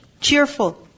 cheerful